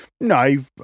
No